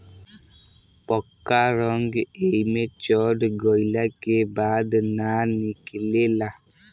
पक्का रंग एइमे चढ़ गईला के बाद ना निकले ला